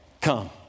Come